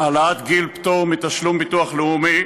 העלאת גיל פטור מתשלום לביטוח לאומי